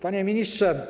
Panie Ministrze!